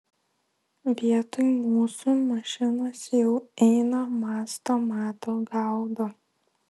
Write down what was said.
vietoj mūsų mašinos jau eina mąsto mato gaudo